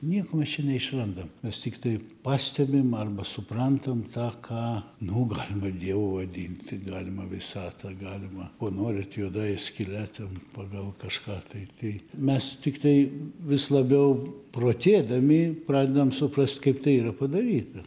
nieko mes čia neišrandam mes tiktai pastebim arba suprantam tą ką nu galima dievu vadint tai galima visata galima kuo norit juodąja skyle ten pagal kažką tai tai mes tiktai vis labiau protėdami pradedam suprast kaip tai yra padaryta